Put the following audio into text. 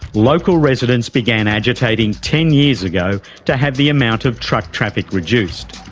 local residents began agitating ten years ago to have the amount of truck traffic reduced.